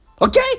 Okay